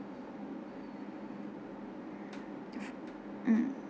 mm